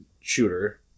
Shooter